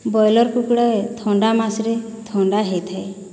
broiler କୁକୁଡ଼ାଏ ଥଣ୍ଡା ମାସରେ ଥଣ୍ଡା ହୋଇଥାଏ